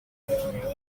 pure